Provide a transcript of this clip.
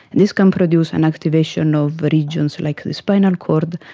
this can produce an activation of regions like the spinal cord,